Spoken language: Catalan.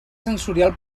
sensorial